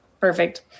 Perfect